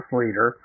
leader